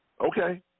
Okay